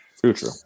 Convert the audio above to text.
future